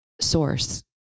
source